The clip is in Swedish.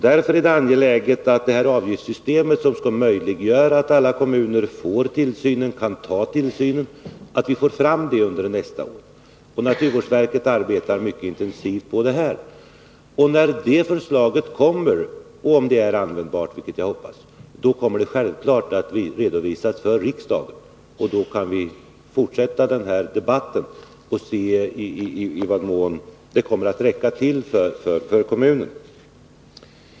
Därför är det angeläget att vi under nästa år får fram det avgiftssystem som skall göra det möjligt för alla kommuner att kunna åta sig tillsynen. Naturvårdsverket arbetar mycket intensivt för att få fram ett förslag i det här avseendet. När det förslaget läggs fram kommer det, om det är användbart, vilket jag hoppas, självfallet att redovisas för riksdagen. Då kan vi fortsätta den här debatten och se i vad mån förslaget räcker till för kommunerna.